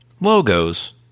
logos